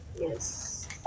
Yes